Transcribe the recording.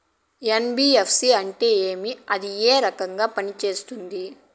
NBFC అంటే ఏమి అది ఏ రకంగా పనిసేస్తుంది